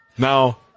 Now